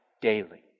daily